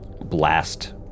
blast